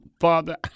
Father